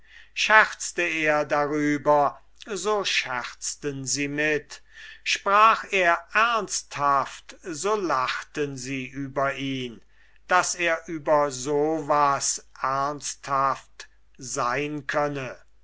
scherzte er darüber so scherzten sie mit sprach er ernsthaft so lachten sie über ihn daß er über so was ernsthaft sein könne